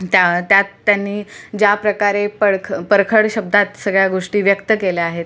त्या त्यात त्यांनी ज्या प्रकारे परखं परखड शब्दात सगळ्या गोष्टी व्यक्त केल्या आहेत